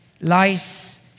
lies